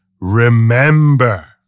remember